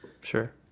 Sure